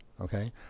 Okay